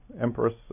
empress